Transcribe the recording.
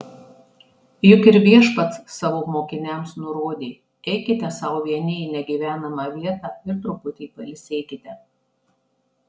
juk ir viešpats savo mokiniams nurodė eikite sau vieni į negyvenamą vietą ir truputį pailsėkite